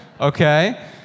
Okay